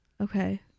Okay